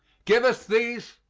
give us these,